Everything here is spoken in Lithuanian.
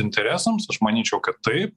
interesams aš manyčiau kad taip